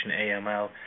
AML